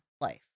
life